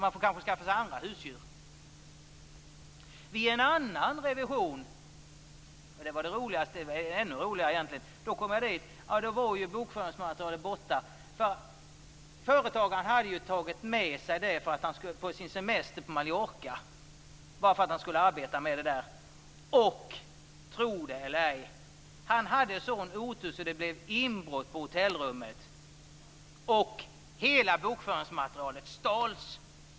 Man får kanske skaffa sig andra husdjur. Vid en annan revision - och det var egentligen ännu roligare - var bokföringsmaterialet borta när jag kom. Företagaren hade tagit det med sig på sin semester till Mallorca för att han skulle arbeta med det där. Och tro det eller ej, han hade sådan otur att det blev inbrott på hotellrummet och hela bokföringsmaterialet stals.